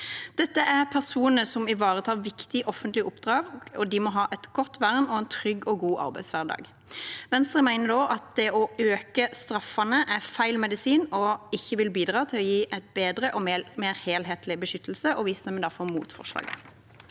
Dette er personer som ivaretar viktige offentlige oppdrag. De må ha et godt vern og en trygg og god arbeidshverdag. Venstre mener at det å øke straffene er feil medisin, og at det ikke vil bidra til å gi en bedre og mer helhetlig beskyttelse. Vi stemmer derfor mot forslaget.